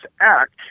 act